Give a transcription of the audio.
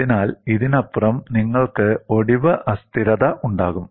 അതിനാൽ ഇതിനപ്പുറം നിങ്ങൾക്ക് ഒടിവ് അസ്ഥിരത ഉണ്ടാകും